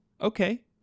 Okay